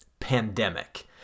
pandemic